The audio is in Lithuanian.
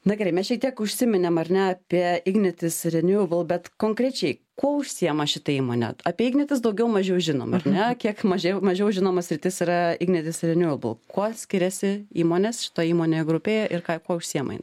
na gerai mes šiek tiek užsiminėm ar ne apie ignitis renewable bet konkrečiai kuo užsiima šita įmonė apie ignitis daugiau mažiau žinom ar ne kiek mažiau mažiau žinoma sritis yra ignitis renewable kuo skiriasi įmonės šitoj įmonių grupėje ir ką kuo užsiema jin